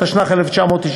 התשנ"ח 1998,